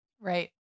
Right